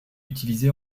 utilisé